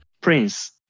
Prince